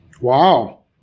Wow